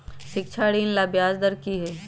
शिक्षा ऋण ला ब्याज दर कि हई?